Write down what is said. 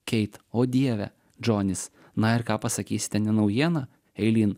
keit o dieve džonis na ir ką pasakysite ne naujiena eilyn